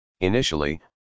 Initially